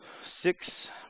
six